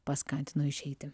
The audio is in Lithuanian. paskatino išeiti